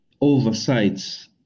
oversights